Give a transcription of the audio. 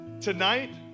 Tonight